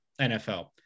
NFL